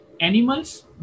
animals